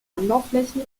anbauflächen